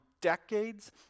decades